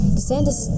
DeSantis